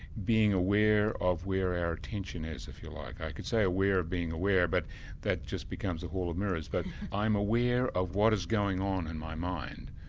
being aware of where our attention is, if you like. i could say aware of being aware but that just becomes a hall of mirrors. but i'm aware of what is going on in my mind.